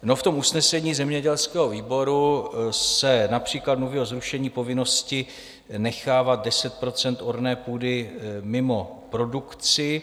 V tom usnesení zemědělského výboru se například mluví o zrušení povinnosti nechávat 10 % orné půdy mimo produkci.